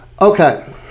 Okay